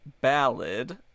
ballad